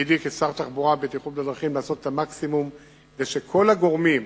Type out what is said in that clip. תפקידי כשר התחבורה והבטיחות בדרכים לעשות את המקסימום כדי שכל הגורמים